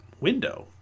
window